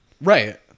right